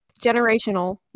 Generational